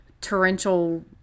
torrential